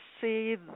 see